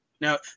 Now